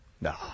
No